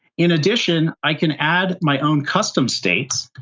in addition, i can add my own custom states